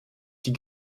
die